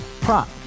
prop